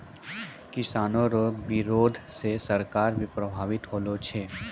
किसानो रो बिरोध से सरकार भी प्रभावित होलो छै